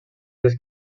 dies